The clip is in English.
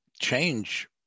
change